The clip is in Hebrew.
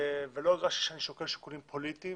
ולא הרגשתי שאני שוקל שיקולים פוליטיים